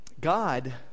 God